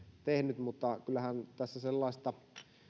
tehnyt mutta kyllähän tässä sellaista